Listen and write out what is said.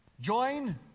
Join